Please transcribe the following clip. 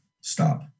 Stop